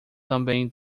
também